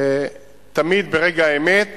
תמיד ברגע האמת